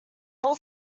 whole